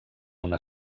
una